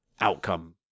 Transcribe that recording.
outcome